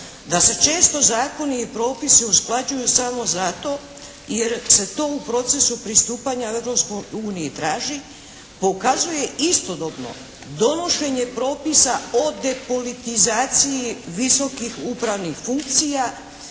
Da se često zakoni i propisi usklađuju samo zato jer se to u procesu pristupanja Europskoj uniji traži, pokazuje istodobno donošenje propisa o depolitizaciji visokih upravnih funkcija